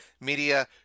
Media